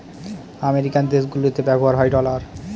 American দেশগুলিতে ব্যবহার হয় ডলার